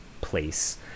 place